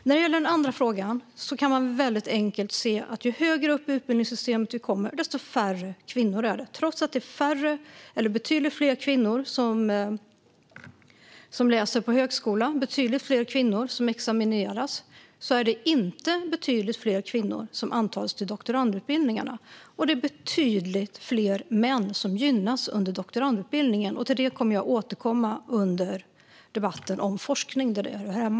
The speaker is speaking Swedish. När det gäller den andra frågan är det väldigt enkelt att se att ju högre upp i utbildningssystemet vi kommer, desto färre kvinnor är det. Trots att det är betydligt fler kvinnor som läser på högskolan och betydligt fler kvinnor som examineras är det inte betydligt fler kvinnor som antas till doktorandutbildningarna. Det är också betydligt fler män som gynnas under doktorandutbildningen. Till det kommer jag att återkomma under debatten om forskning, där det hör hemma.